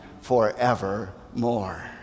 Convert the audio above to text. forevermore